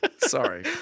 Sorry